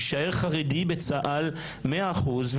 יישאר חרדי בצה"ל במאה אחוז,